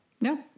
No